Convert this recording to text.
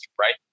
right